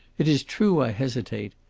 it is true i hesitate.